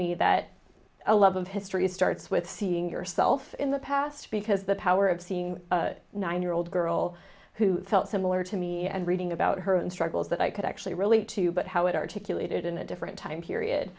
me that a love of history starts with seeing yourself in the past because the power of seeing nine year old girl who felt similar to me and reading about her own struggles that i could actually relate to but how it articulated in a different time period